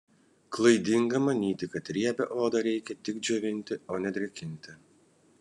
klaidinga manyti kad riebią odą reikia tik džiovinti o ne drėkinti